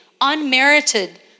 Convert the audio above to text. unmerited